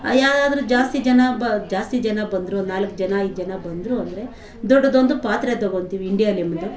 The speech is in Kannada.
ಯಾರಾದರು ಜಾಸ್ತಿ ಜನ ಬ ಜಾಸ್ತಿ ಜನ ಬಂದರು ಒಂದು ನಾಲ್ಕು ಜನ ಐದು ಜನ ಬಂದರು ಅಂದರೆ ದೊಡ್ಡದೊಂದು ಪಾತ್ರೆ ತೊಗೊತಿವಿ ಇಂಡ್ಯಾಲಿಮ್ದು